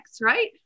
Right